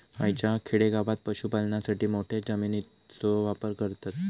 हयच्या खेडेगावात पशुपालनासाठी मोठ्या जमिनीचो वापर करतत